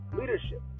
Leadership